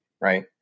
right